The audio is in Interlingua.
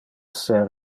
ser